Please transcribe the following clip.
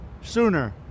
sooner